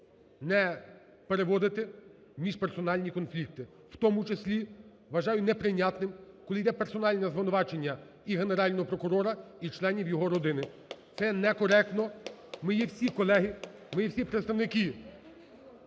не переводити міжперсональні конфлікти. В тому числі вважаю неприйнятним, коли йде персональне звинувачення і Генерального прокурора, і членів його родини. Це некоректно, ми є всіє колеги, ми є всі представники